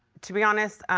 to be honest,